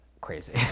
crazy